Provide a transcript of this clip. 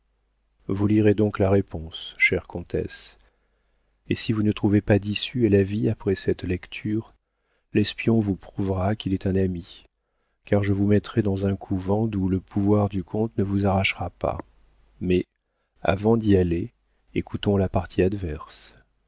vous lirez donc la réponse chère comtesse et si vous ne trouvez pas d'issue à la vie après cette lecture l'espion vous prouvera qu'il est un ami car je vous mettrai dans un couvent d'où le pouvoir du comte ne vous arrachera pas mais avant d'y aller écoutons la partie adverse